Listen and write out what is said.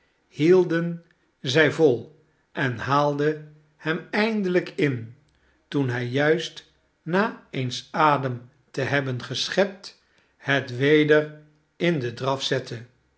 hielden zij vol en haalden hem eindelijk in toen hij juist na eens adem te hebben geschept het weder in den draf zette